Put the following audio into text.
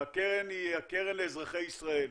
והקרן היא הקרן לאזרחי ישראל.